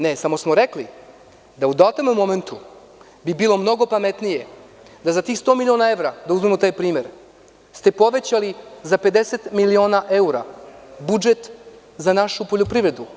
Ne, samo smo rekli da u datom momentu bi bilo mnogo pametnije da za tih 100 miliona evra, da uzmemo taj primer ste povećali za 50 miliona evra budžet za našu poljoprivredu.